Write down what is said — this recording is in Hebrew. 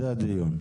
זה הדיון.